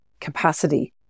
capacity